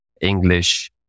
English